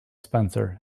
spencer